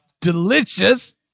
delicious